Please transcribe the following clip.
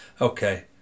Okay